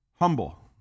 humble